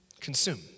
consume